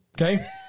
okay